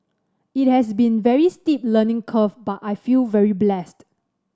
it has been very steep learning curve but I feel very blessed